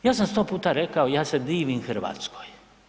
Ja sam 100 puta rekao, ja se divim Hrvatskoj.